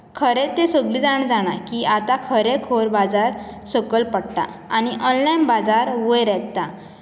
खरें तें सगलीं जाण जाणां की आतां खरें खोर बाजार सकयल पडटा आनी ऑनलायन बाजार वयर येता